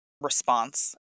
response